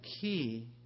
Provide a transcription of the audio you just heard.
key